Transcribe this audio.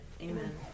amen